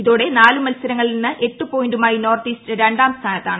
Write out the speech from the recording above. ഇതോടെ നാല് മത്സരങ്ങളിൽ നിന്ന് എട്ട് പോയിന്റുമായി നോർത്ത് ഈസ്റ്റ് രണ്ടാം സ്ഥാനത്താണ്